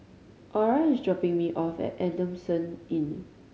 Ora is dropping me off at Adamson Inn